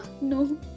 No